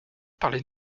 parler